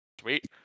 Sweet